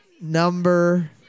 number